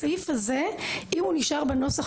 הסעיף נשאר בנוסח